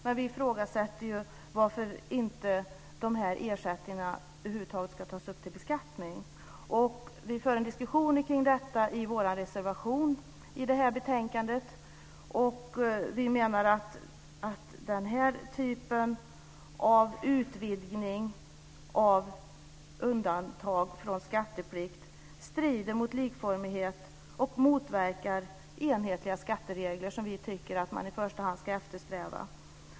Men vi ifrågasätter varför de här ersättningarna över huvud taget inte ska tas upp till beskattning. Vi för en diskussion kring detta i vår reservation till det här betänkandet. Vi menar att den här typen av utvidgning av undantag från skatteplikt strider mot den likformighet och motverkar de enhetliga skatteregler som vi tycker att man i första hand ska eftersträva.